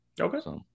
Okay